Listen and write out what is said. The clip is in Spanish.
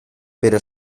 pero